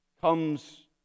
comes